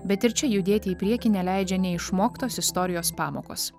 bet ir čia judėti į priekį neleidžia neišmoktos istorijos pamokos